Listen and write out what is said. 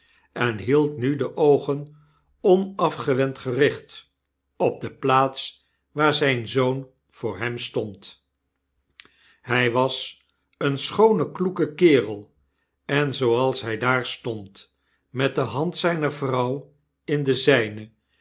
en hield nu de oogen onafgewend gericht op de plaats waar zyn zoon voor hem stond hy was een schoone kloeke kerel enzooals hy daar stond met de hand zyner vrouw in de zyne